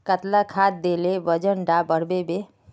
कतला खाद देले वजन डा बढ़बे बे?